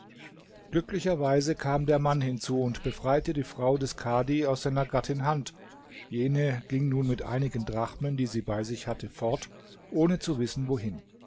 glücklicherweise kam der mann hinzu und befreite die frau des kadhi aus seiner gattin hand jene ging nun mit einigen drachmen die sie bei sich hatte fort ohne zu wissen wohin